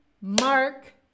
Mark